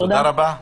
תודה רבה.